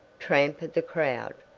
tramp of the crowd.